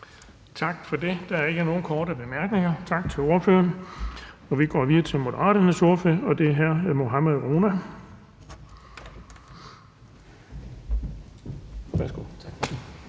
Tak for det. Der er ikke nogen korte bemærkninger. Tak til ordføreren. Vi går videre til Moderaternes ordfører, og det er hr. Mohammad Rona. Værsgo. Kl.